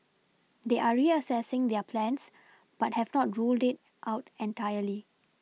they are reassessing their plans but have not ruled it out entirely